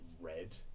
red